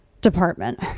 department